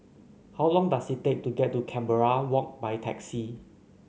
how long does it take to get to Canberra Walk by taxi